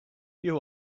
you